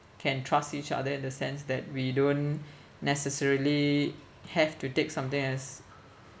can trust each other in the sense that we don't necessarily have to take something as